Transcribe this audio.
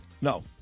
No